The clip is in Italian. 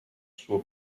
suo